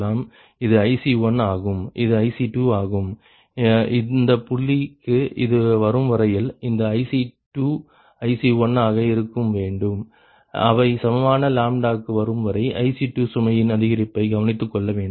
இது IC1 ஆகும் இது IC2 ஆகும் இந்த புள்ளிக்கு இது வரும்வரையில் இந்த IC2 IC1 ஆக இருக்க வேண்டும் அவை சமமான க்கு வரும்வரை IC2 சுமையின் அதிகரிப்பை கவனித்துக்கொள்ள வேண்டும்